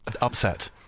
upset